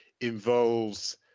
involves